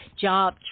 job